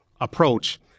approach